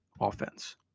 offense